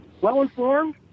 well-informed